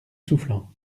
soufflant